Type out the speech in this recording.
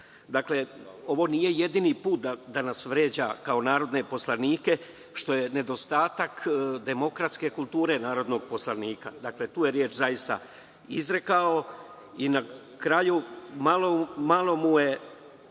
Ovo nije jedini put da nas vređa kao narodne poslanike, što je nedostatak demokratske kulture narodnog poslanika. Dakle, tu je reč zaista izrekao. Na kraju, malo mu je